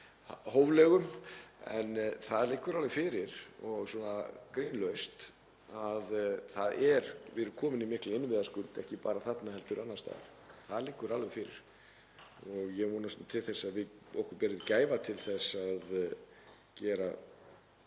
hóflegum. En það liggur alveg fyrir, grínlaust, að við erum komin í mikla innviðaskuld, ekki bara þarna heldur annars staðar. Það liggur alveg fyrir. Ég vonast til þess að við berum gæfu til þess að gera